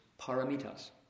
paramitas